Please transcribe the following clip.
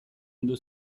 heldu